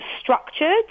structured